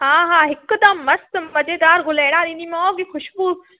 हा हा हिकदमि मस्तु मज़ेदारु गुल अहिड़ा ॾींदीमांव की ख़ुशबू